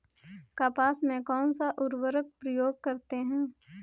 कपास में कौनसा उर्वरक प्रयोग करते हैं?